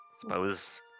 suppose